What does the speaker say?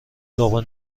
لقمه